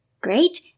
Great